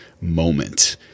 moment